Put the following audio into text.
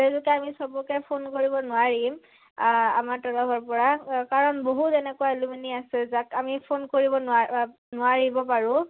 তেওঁলোকে আমি চবকে ফোন কৰিব নোৱাৰিম আমাৰ তৰফৰ পৰা কাৰণ বহু যেনেকুৱা এলুমিনি আছে যাক আমি ফোন কৰিব নোৱাৰো নোৱাৰিব পাৰোঁ